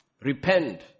Repent